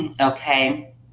okay